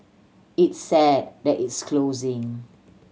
it's sad that it's closing